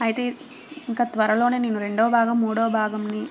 అయితే ఇంక త్వరలో రెండోభాగం మూడో భాగాన్ని